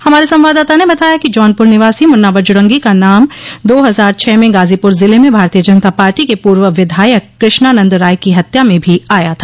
हमारे संवाददाता ने बताया कि जौनपुर निवासी मुन्ना बजरंगी का नाम दो हजार छह में गाजीपुर जिले में भारतीय जनता पार्टी के पूव विधायक कृष्णा नंद राय की हत्या में भी आया था